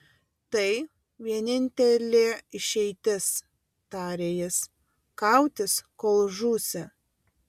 tai vienintelė išeitis tarė jis kautis kol žūsi